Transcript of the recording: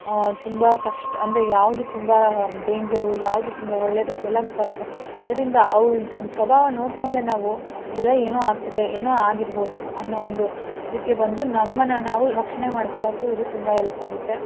ತುಂಬ ಕಷ್ಟ ಅಂದರೆ ಯಾವುದು ತುಂಬ ಡೇಂಜರು ಯಾವುದು ತುಂಬ ಒಳ್ಳೆಯದು ಅದೆಲ್ಲ ಗೊತ್ತಾಗುತ್ತೆ ಅದರಿಂದ ಅವ್ಳದ್ದು ಒಂದು ಸ್ವಭಾವ ನೋಡಿಕೊಂಡೆ ನಾವು ಇಲ್ಲೆಲ್ಲ ಏನೋ ಆಗ್ತಿದೆ ಏನೋ ಆಗಿರ್ಬೋದು ಅನ್ನೋ ಒಂದು ಇದಕ್ಕೆ ಬಂದು ನಮ್ಮನ್ನು ನಾವು ರಕ್ಷಣೆ ಮಾಡ್ಕೊಳೋಕ್ಕೂ ಇದು ತುಂಬ ಹೆಲ್ಪಾಗುತ್ತೆ